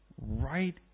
right